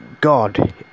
God